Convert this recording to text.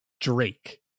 Drake